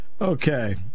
Okay